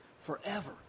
forever